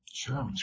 sure